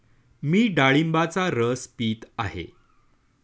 मी डाळिंबाचा रस पीत आहे